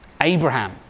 Abraham